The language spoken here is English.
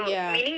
ya